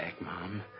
Mom